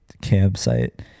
campsite